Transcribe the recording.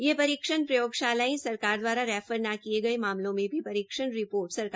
ये परीक्षण प्रयोगशालाये सरकार दवारारैफर न किये गये मामलों में भी परीक्षण रिपोर्ट सरकार को देगी